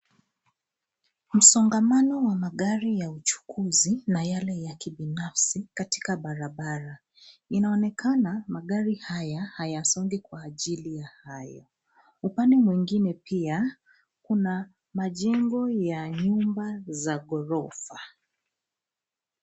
Msongamano wa magari ya uchukuzi, na yale ya kibinafsi katika barabara. Inaonekana magari haya hayasongi kwa ajili ya hayo. Upande mwingine pia, kuna majengo ya nyumba za ghorofa.